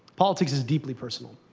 politics is deeply personal.